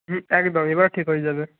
হুম একদম এবার ঠিক হয়ে যাবে